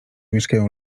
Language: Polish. mieszkają